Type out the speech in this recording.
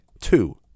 Two